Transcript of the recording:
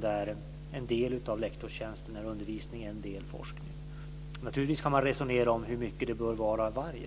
där en del av lektorstjänsten är undervisning, en del forskning. Naturligtvis går det att resonera om hur mycket det bör vara av varje.